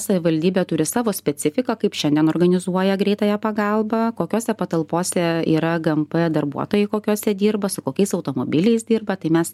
savivaldybė turi savo specifiką kaip šiandien organizuoja greitąją pagalbą kokiose patalpose yra gmp darbuotojai kokiose dirba su kokiais automobiliais dirba tai mes